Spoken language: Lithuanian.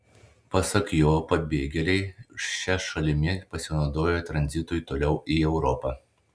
pasak jo pabėgėliai šia šalimi pasinaudoja tranzitui toliau į europą